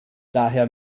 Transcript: daher